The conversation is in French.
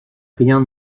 rien